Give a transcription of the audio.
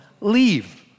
leave